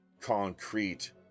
concrete